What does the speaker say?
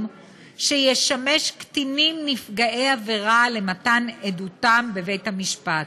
שישמש קטינים נפגעי עבירה למתן עדותם בבית-המשפט,